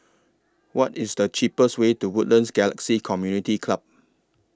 What IS The cheapest Way to Woodlands Galaxy Community Club